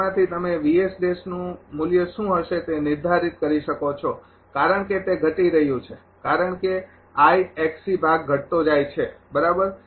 તેથી તેમાંથી તમે નું મૂલ્ય શું હશે તે નિર્ધારિત કરી શકો છો કારણ કે તે ઘટી રહ્યું છે કારણ કે ભાગ ઘટતો જાય છે બરાબર